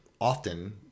often